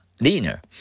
leaner